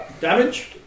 Damage